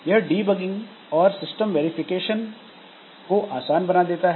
यह डीबगिंग और system verification को आसान बना देता है